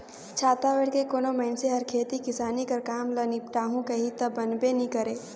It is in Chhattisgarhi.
छाता ओएढ़ के कोनो मइनसे हर खेती किसानी कर काम ल निपटाहू कही ता बनबे नी करे